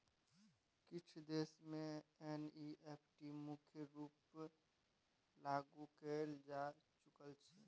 किछ देश मे एन.इ.एफ.टी मुख्य रुपेँ लागु कएल जा चुकल छै